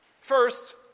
First